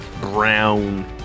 brown